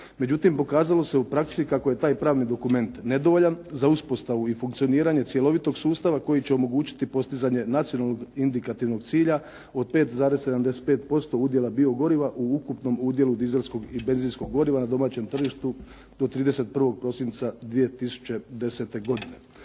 Međutim, pokazalo se u praksi kako je taj pravni dokument nedovoljan za uspostavu i funkcioniranje cjelovitog sustava koji će omogućiti postizanje nacionalnog indikativnog cilja od 5,75% udjela biogoriva u ukupnom udjelu dizelskog i benzinskog goriva na domaćem tržištu do 31. prosinca 2010. godine.